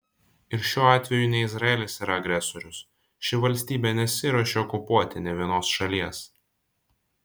ir šiuo atveju ne izraelis yra agresorius ši valstybė nesiruošia okupuoti nė vienos šalies